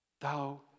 Thou